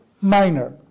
minor